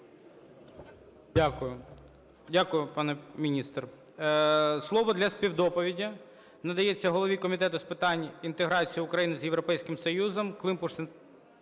Дякую. Дякую, пане міністре. Слово для співдоповіді надається голові Комітету з питань інтеграції України з Європейським Союзом Климпуш...